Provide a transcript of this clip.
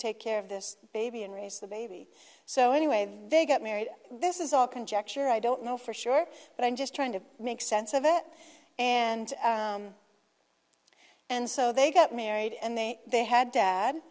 take care of this baby and raise the baby so anyway they got married this is all conjecture i don't know for sure but i'm just trying to make sense of it and and so they got married and they they had dad